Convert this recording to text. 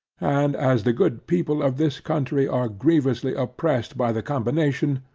and as the good people of this country are grievously oppressed by the combination,